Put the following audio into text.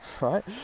Right